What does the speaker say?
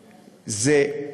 היא: